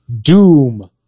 Doom